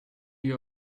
you